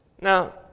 Now